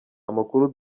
amakuru